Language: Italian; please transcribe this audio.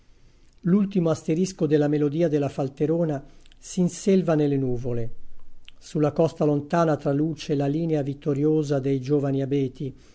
l'ultimo asterisco della melodia della falterona s'inselva nelle nuvole su la costa lontana traluce la linea vittoriosa dei giovani abeti